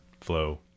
flow